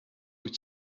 wyt